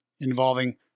involving